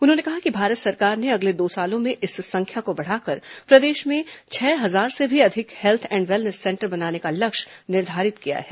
उन्होंने कहा कि भारत सरकार ने अगले दो सालों में इस संख्या को बढ़ाकर प्रदेश में छह हजार से भी अधिक हेल्थ एंड वेलनेस सेंटर बनाने का लक्ष्य निर्धारित किया है